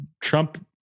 Trump